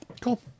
Cool